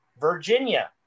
Virginia